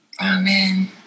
Amen